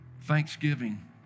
thanksgiving